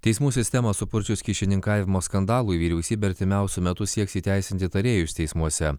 teismų sistemą supurčius kyšininkavimo skandalui vyriausybė artimiausiu metu sieks įteisinti tarėjus teismuose